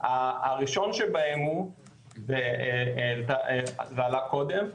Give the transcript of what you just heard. הראשון בהם הוא, זה עלה קודם,